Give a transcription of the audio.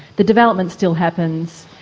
the development still happens,